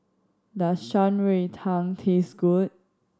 does Shan Rui Tang taste good